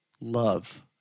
love